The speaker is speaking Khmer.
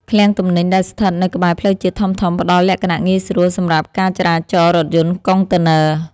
ឃ្លាំងទំនិញដែលស្ថិតនៅក្បែរផ្លូវជាតិធំៗផ្ដល់លក្ខណៈងាយស្រួលសម្រាប់ការចរាចររថយន្តកុងតឺន័រ។